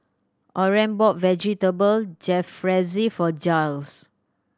Orren bought Vegetable Jalfrezi for Jiles